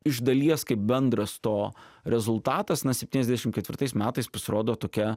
iš dalies kaip bendras to rezultatas na septyniasdešim ketvirtais metais pasirodo tokia